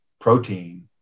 protein